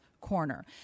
corner